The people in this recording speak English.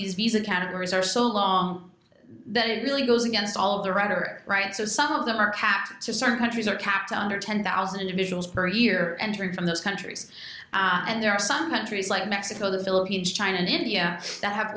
these visa categories are so long that it really goes against all of the rhetoric right so some of them are kept to certain trees are kept under ten thousand individuals per year entering from those countries and there are some countries like mexico the philippines china and india that have